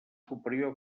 superior